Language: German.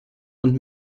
und